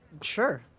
sure